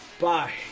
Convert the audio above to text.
Bye